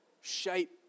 shape